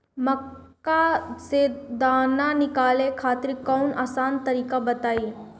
मक्का से दाना निकाले खातिर कवनो आसान तकनीक बताईं?